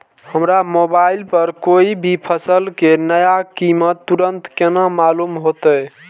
हमरा मोबाइल पर कोई भी फसल के नया कीमत तुरंत केना मालूम होते?